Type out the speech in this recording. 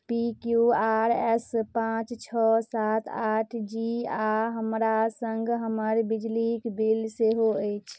पी Q R S पाँच छओ सात आठ जी आ हमरा सङ्ग हमर बिजलीक बिल सेहो अछि